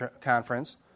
conference